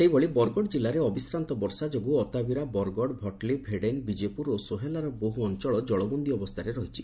ସେହିଭଳି ବରଗଡ଼ ଜିଲ୍ଲାରେ ଅବିଶ୍ରାନ୍ଡ ବର୍ଷା ଯୋଗୁଁ ଅତାବିରା ବରଗଡ ଭଟଲି ଭେଡେନ ବିଜେପୁର ଓ ସୋହେଲର ବହୁ ଅଅଳ ଜଳବନ୍ଦୀ ଅବସ୍ରାରେ ରହିଛି